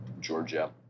Georgia